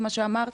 את מה שאת אמרת.